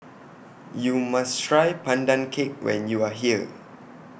YOU must Try Pandan Cake when YOU Are here